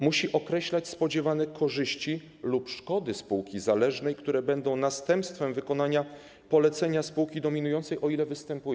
Musi określać spodziewane korzyści lub szkody spółki zależnej, które będą następstwem wykonania polecenia spółki dominującej, o ile występują.